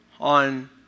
on